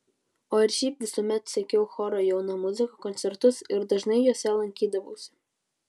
o ir šiaip visuomet sekiau choro jauna muzika koncertus ir dažnai juose lankydavausi